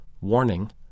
Warning